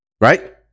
Right